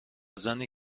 زنی